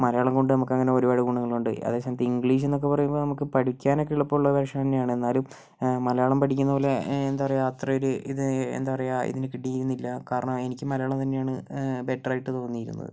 മലയാളം കൊണ്ട് നമുക്ക് അങ്ങനെ ഒരുപാട് ഗുണങ്ങളുണ്ട് അതേസമയത്ത് ഇംഗ്ലീഷ് എന്നൊക്കെ പറയുമ്പോൾ നമുക്ക് പഠിക്കാൻ ഒക്കെ എളുപ്പമുള്ള വിഷയം തന്നെയാണ് എന്നാലും മലയാളം പഠിക്കുന്ന പോലെ എന്താ പറയുക അത്ര ഒരു ഇത് എന്താ പറയുക ഇതിന് കിട്ടിയിരുന്നില്ല കാരണം എനിക്ക് മലയാളം തന്നെയാണ് ബെറ്ററായിട്ട് തോന്നിയിരുന്നത്